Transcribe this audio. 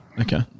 Okay